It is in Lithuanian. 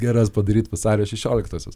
geras padaryt vasario šešioliktosios